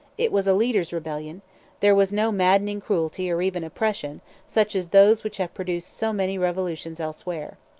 it was a leaders' rebellion there was no maddening cruelty or even oppression such as those which have produced so many revolutions elsewhere.